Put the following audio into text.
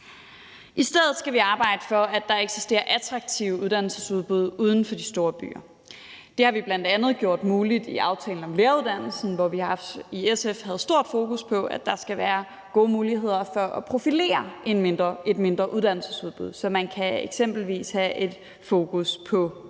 I stedet skal vi arbejde for, at der eksisterer attraktive uddannelsesudbud uden for de store byer. Det har vi bl.a. gjort muligt i aftalen om læreruddannelsen, hvor vi i SF havde stort fokus på, at der skal være gode muligheder for at profilere et mindre uddannelsesudbud, så man eksempelvis kan have et fokus på bestemte